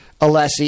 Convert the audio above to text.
Alessi